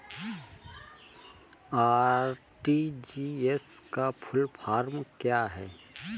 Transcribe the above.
RTGS का full form क्या है?